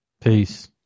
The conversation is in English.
peace